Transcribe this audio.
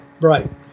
right